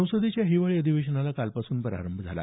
संसदेच्या हिवाळी अधिवेशनाला कालपासून प्रारंभ झाला